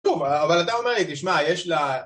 דומה, אבל אתה אומר לי, תשמע, יש לה...